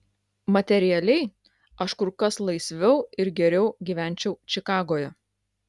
materialiai aš kur kas laisviau ir geriau gyvenčiau čikagoje